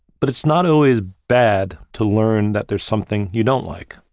but it's not always bad to learn that there's something you don't like.